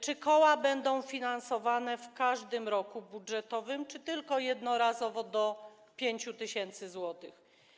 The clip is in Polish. Czy koła będą finansowane w każdym roku budżetowym czy tylko jednorazowo, do 5 tys. zł?